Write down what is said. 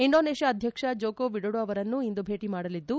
Indonesia ಅಧ್ಯಕ್ಷ Joko Widodo ಅವರನ್ನು ಇಂದು ಭೇಟಿ ಮಾಡಲಿದ್ದು